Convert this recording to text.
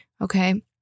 okay